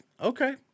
okay